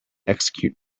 execute